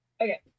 Okay